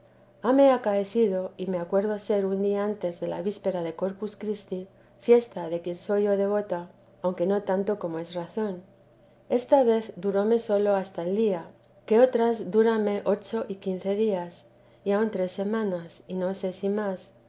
hame acaecido y me acuerdo ser un día antes de la víspera de corpus christi fiesta de quien yo soy devota aunque no tanto como es razón esta vez duróme sólo hasta el día que otras dúrame ocho y quince días y aun tres semanas y no sé si más